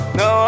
no